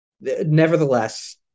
Nevertheless